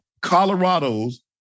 Colorado's